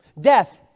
Death